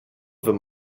them